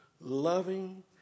loving